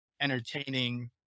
entertaining